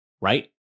right